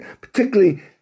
particularly